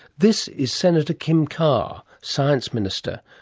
this is senator kim carr, science minister,